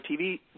TV